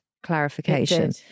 clarification